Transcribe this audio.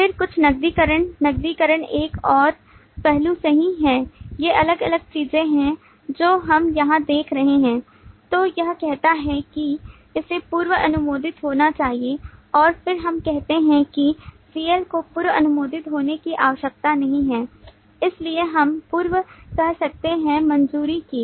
फिर कुछ नकदीकरण नकदीकरण एक और पहलू सही है ये अलग अलग चीजें हैं जो हम यहां देख रहे हैं तो यह कहता है कि इसे पूर्व अनुमोदित होना चाहिए और फिर हम कहते हैं कि CL को पूर्व अनुमोदित होने की आवश्यकता नहीं है इसलिए हम पूर्व कह सकते हैं मंजूर की